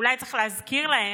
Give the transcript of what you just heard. אולי צריך להזכיר להם,